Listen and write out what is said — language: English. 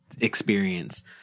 experience